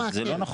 זה לא נכון.